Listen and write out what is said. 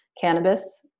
cannabis